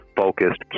focused